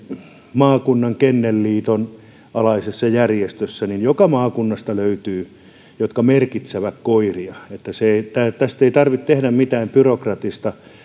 maakunnan kenneliiton alaisessa järjestössä eli joka maakunnasta löytyy niitä jotka merkitsevät koiria niin että tästä ei tarvitse tehdä mitään byrokraattista